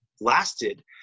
lasted